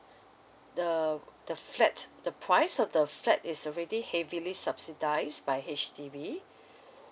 the the flat the price of the flat is already heavily subsidised by H_D_B